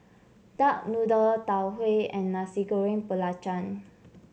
Duck Noodle Tau Huay and Nasi Goreng Belacan